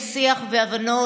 שיח והבנות,